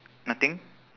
nothing